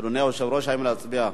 אדוני היושב-ראש, האם להצביע?